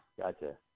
Gotcha